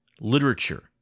literature